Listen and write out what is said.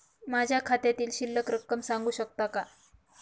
माझ्या खात्यातील शिल्लक रक्कम सांगू शकता का?